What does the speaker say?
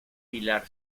pilar